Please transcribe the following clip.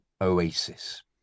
oasis